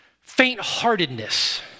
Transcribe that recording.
faint-heartedness